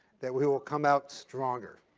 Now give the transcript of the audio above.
that we will come out stronger.